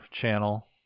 channel